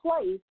place